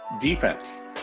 defense